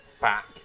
back